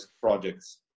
projects